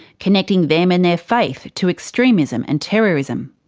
connecting them and their faith to extremism and terrorism.